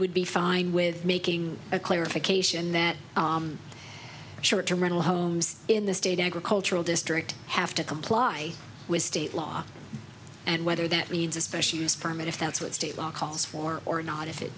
would be fine with making a clarification that short term rental homes in the state agricultural district have to comply with state law and whether that means a special use permit if that's what state law calls for or not if it